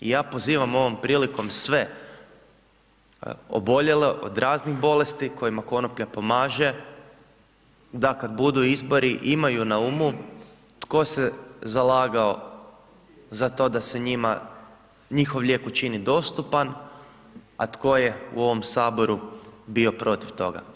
I ja pozivam ovom prilikom sve oboljele od raznih bolesti, kojima konoplja pomaže, da kad budu izbori imaju na umu tko se zalagao za to da se njima njihov lijek učini dostupan, a tko je u ovom Saboru bio protiv toga.